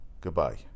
Goodbye